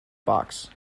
box